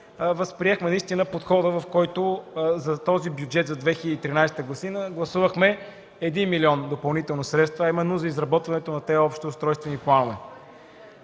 възприехме наистина подхода, в който за Бюджет 2013 г. гласувахме един милион допълнителни средства, а именно за изработването на тези общи устройствени планове.